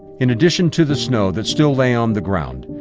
in addition to the snow that still lay on the ground,